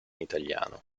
italiano